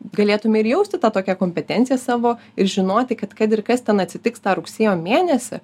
galėtume ir jausti tą tokią kompetenciją savo ir žinoti kad kad ir kas ten atsitiks tą rugsėjo mėnesį